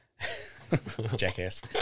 Jackass